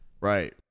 Right